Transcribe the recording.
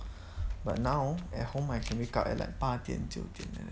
but now at home I can wake up at like 八点九点 like that